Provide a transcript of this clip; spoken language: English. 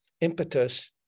impetus